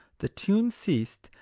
the tune ceased,